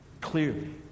Clearly